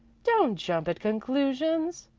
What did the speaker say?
don't jump at conclusions,